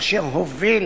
אשר הוביל